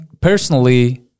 personally